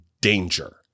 danger